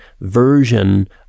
version